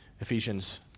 Ephesians